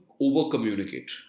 over-communicate